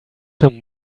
him